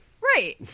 Right